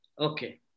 Okay